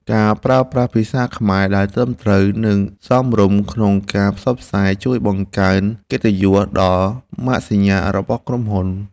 ការប្រើប្រាស់ភាសាខ្មែរដែលត្រឹមត្រូវ និងសមរម្យក្នុងការផ្សព្វផ្សាយជួយបង្កើនកិត្តិយសដល់ម៉ាកសញ្ញារបស់ក្រុមហ៊ុន។